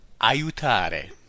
aiutare